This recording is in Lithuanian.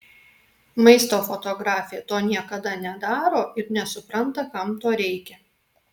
maisto fotografė to niekada nedaro ir nesupranta kam to reikia